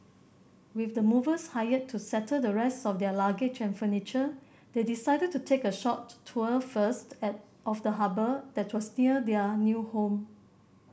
with the movers hired to settle the rest of their luggage and furniture they decided to take a short tour first and of the harbour that was near their new home